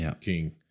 king